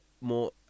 more